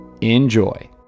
Enjoy